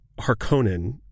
Harkonnen